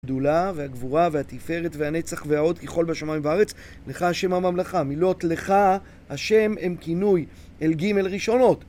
גדולה, והגבורה, והתפארת, והנצח, והעוד ככל בשמיים והארץ. לך השם הממלכה". מילות "לך", "השם", הם כינוי אל ג' ראשונות.